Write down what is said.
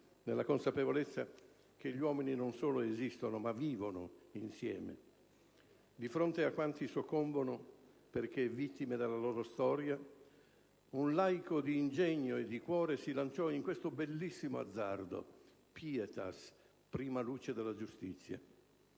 nella consapevolezza che gli uomini non solo "esistono", ma "vivono" insieme. Di fronte a quanti soccombono - perché vittime della loro storia - un laico d'ingegno e di cuore si lanciò in questo bellissimo azzardo: «*Pietas*, prima luce della giustizia!».